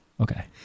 Okay